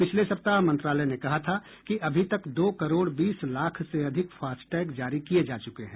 पिछले सप्ताह मंत्रालय ने कहा था कि अभी तक दो करोड़ बीस लाख से अधिक फास्टैग जारी किये जा चुके हैं